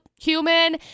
human